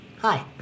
hi